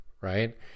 right